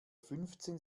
fünfzehn